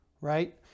right